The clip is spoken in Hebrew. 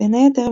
בין היתר,